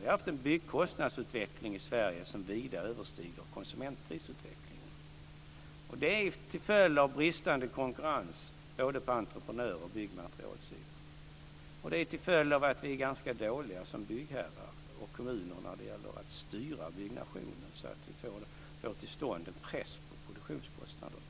Vi har haft en kostnadsutveckling i Sverige som vida överstiger konsumentprisutvecklingen; detta till följd av bristande konkurrens på både entreprenörs och byggmaterialssidan och till följd av att vi är ganska dåliga som byggherrar och kommuner när det gäller att styra byggnationen så att vi får till stånd en press på produktionskostnaderna,